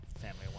family